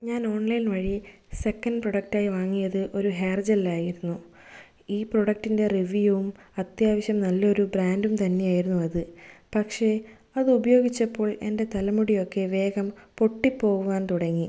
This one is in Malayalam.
ഞാൻ ഓൺലൈൻ വഴി സെക്കൻഡ് പ്രൊഡക്ടായി വാങ്ങിയത് ഒരു ഹെയർ ജെല്ലായിരുന്നു ഈ പ്രൊഡക്ടിൻ്റെ റിവ്യൂവും അത്യാവശ്യം നല്ലൊരു ബ്രാൻഡും തന്നെയായിരുന്നു അത് പക്ഷേ അതുപയോഗിച്ചപ്പോൾ എൻ്റെ തലമുടിയൊക്കെ വേഗം പൊട്ടിപ്പോകുവാൻ തുടങ്ങി